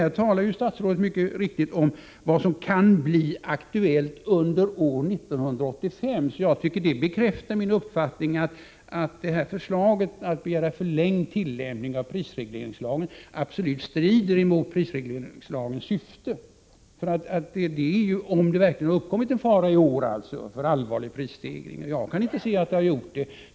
Här talar statsrådet mycket riktigt om vad som kan bli aktuellt under år 1985, och jag tycker att det bekräftar min uppfattning att förslaget att begära förlängd tillämpning av prisregleringslagen absolut strider mot prisregleringslagens syfte. Jag kan inte se att det uppkommit en fara i år för allvarlig prisstegring.